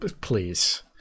Please